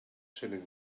sitting